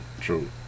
True